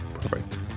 Perfect